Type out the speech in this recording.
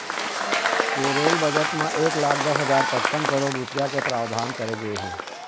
ए rail budget म एक लाख दस हजार पचपन करोड़ रूपिया के प्रावधान करे गे हे